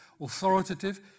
authoritative